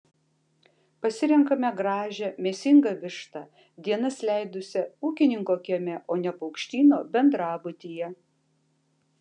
pasirenkame gražią mėsingą vištą dienas leidusią ūkininko kieme o ne paukštyno bendrabutyje